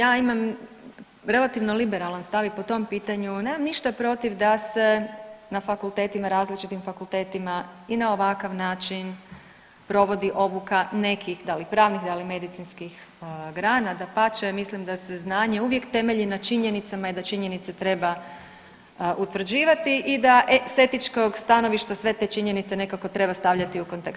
Dakle, ja imam relativno liberalan stav i po tom pitanju, nemam ništa protiv da se na fakultetima, različitim fakultetima i na ovakav način provodi obuka nekih da li pravnih, da li medicinskih grana, dapače mislim da se znanje uvijek temelji na činjenicama i da činjenice treba utvrđivati i da s etičkog stanovišta sve te činjenice nekako treba stavljati u kontekst.